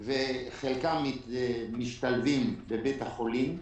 וחלקם משתלבים בבית החולים,